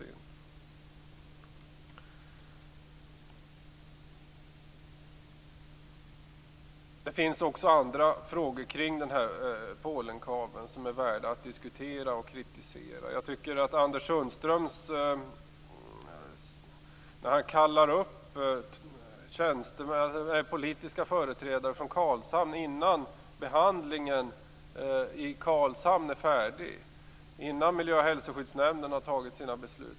Det finns också annat i samband med Polenkabeln som det är värt att diskutera och kritisera. Anders Sundström kallar ju upp politiska företrädare från Karlshamn innan behandlingen i Karlshamn är färdig och innan Miljö och hälsoskyddsnämnden är färdig med sina beslut.